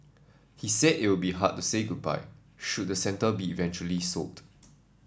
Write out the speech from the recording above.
he said it would be hard to say goodbye should the centre be eventually sold